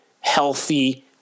healthy